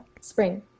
Spring